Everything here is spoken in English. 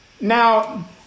Now